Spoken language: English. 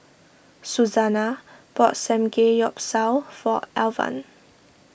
Suzanna bought Samgeyopsal for Alvan